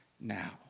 now